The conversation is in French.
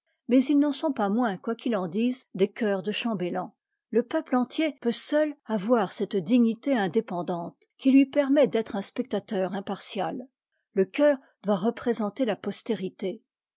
superbe mais'jts n'en sont pas moins quoi qu'ils disent des chœurs de chambellans le peuple entier peut seul avoir cette dignité indépendante qui lui permet d'être un spectateur impartial le chœur doit représenter la postérité